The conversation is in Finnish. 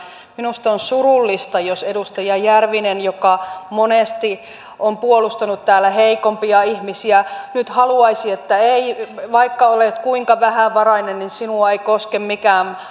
minusta on surullista jos edustaja järvinen joka monesti on puolustanut täällä heikompia ihmisiä nyt haluaisi että ei vaikka olet kuinka vähävarainen sinua ei koske mikään